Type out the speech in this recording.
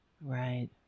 Right